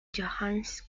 johannes